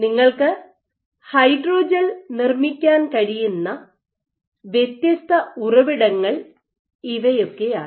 നിങ്ങൾക്ക് ഹൈഡ്രോജെൽ നിർമ്മിക്കാൻ കഴിയുന്ന വ്യത്യസ്ത ഉറവിടങ്ങൾ ഇവയൊക്കെയാണ്